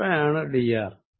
എത്രയാണ് dr